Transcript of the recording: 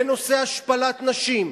בנושא השפלת נשים,